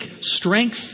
strength